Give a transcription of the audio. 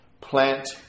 plant